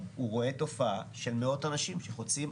הוכיחו בצורה מובהקת שקו התפר בין